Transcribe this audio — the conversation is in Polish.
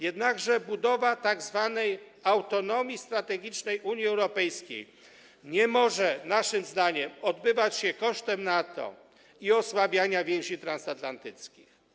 Jednakże budowa tzw. autonomii strategicznej Unii Europejskiej nie może, naszym zdaniem, odbywać się kosztem NATO i osłabiania więzi transatlantyckich.